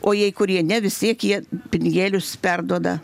o jei kurie ne vis tiek jie pinigėlius perduoda